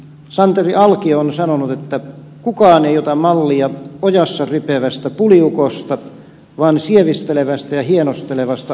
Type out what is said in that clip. santeri alkio on sanonut että kukaan ei ota mallia ojassa rypevästä puliukosta vaan sievistelevästä ja hienostelevasta alkoholinkäytöstä